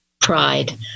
pride